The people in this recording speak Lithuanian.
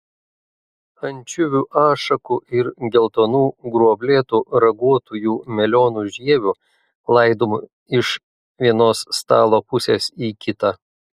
ančiuvių ašakų ir geltonų gruoblėtų raguotųjų melionų žievių laidomų iš vienos stalo pusės į kitą